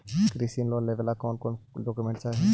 कृषि लोन लेने ला कोन कोन डोकोमेंट चाही?